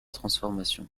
transformation